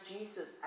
Jesus